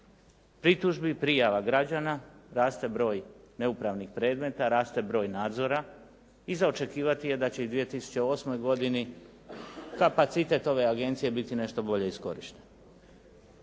pritužbi, prijava građana, raste broj neupravnih predmeta, raste broj nadzora i za očekivati je da će u 2008. godini kapacitet ove agencije biti nešto bolje iskorišten.